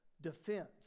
defense